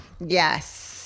Yes